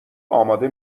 اماده